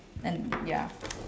and ya